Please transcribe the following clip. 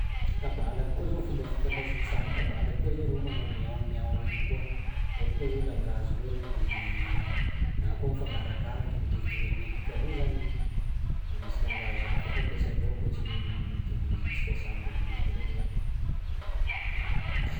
Tabalaky koa zao fomba fifandraisan'ny samby tabalaky koa zao reo manao miao-miao regny koa, regny koa zao langagendreo regny de na koa mifagnarakaraky mitovitovy amin'ny alika avao zany i, misy langage hafa koa ampiasaindreo ankoatsian'ny itovizantsika samby olombelo regny zany.